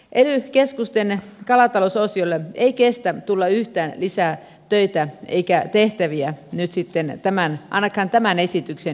ely keskusten kalatalousosiolle ei kestä tulla yhtään lisää töitä eikä tehtäviä ainakaan nyt tämän esityksen jälkeen